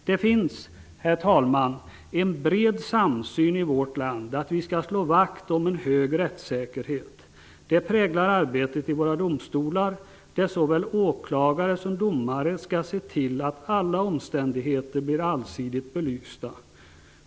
Det finns, herr talman, en bred samsyn i vårt land om att vi skall slå vakt om en hög rättssäkerhet. Det präglar arbetet i våra domstolar, där såväl åklagare som domare skall se till att alla omständigheter blir allsidigt belysta.